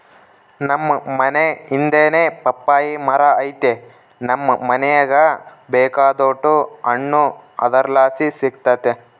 ನಮ್ ಮನೇ ಹಿಂದೆನೇ ಪಪ್ಪಾಯಿ ಮರ ಐತೆ ನಮ್ ಮನೀಗ ಬೇಕಾದೋಟು ಹಣ್ಣು ಅದರ್ಲಾಸಿ ಸಿಕ್ತತೆ